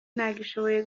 ntagishoboye